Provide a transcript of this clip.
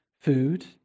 food